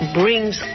brings